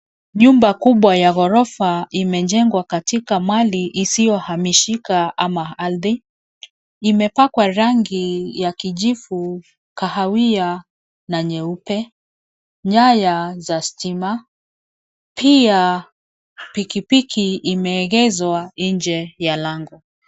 Nyumba kubwa ya ghorofa, imejengwa katika mali isiyohamishika ama ardhi. Imepakwa rangi ya kijivu, kahawia na nyeupe. Nyaya za stima, pia pikipiki imeegeshwa nje ya lango.